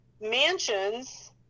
mansions